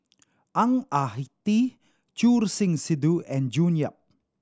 Ang Ah Tee Choor Singh Sidhu and June Yap